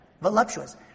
Voluptuous